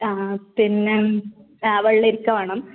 ആ പിന്നേയും ആ വെള്ളരിക്ക വേണം